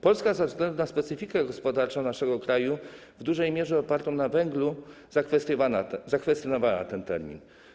Polska ze względu na specyfikę gospodarki naszego kraju, w dużej mierze opartej na węglu, zakwestionowała ten termin.